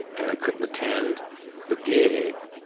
and i couldn't attend the gig,